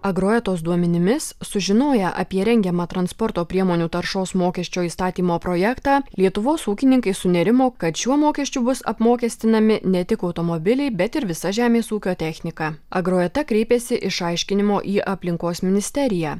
agroetos duomenimis sužinoję apie rengiamą transporto priemonių taršos mokesčio įstatymo projektą lietuvos ūkininkai sunerimo kad šiuo mokesčiu bus apmokestinami ne tik automobiliai bet ir visa žemės ūkio technika agroeta kreipėsi išaiškinimo į aplinkos ministeriją